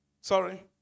Sorry